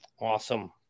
Awesome